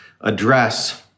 address